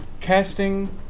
casting